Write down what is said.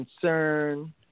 concern